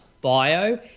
bio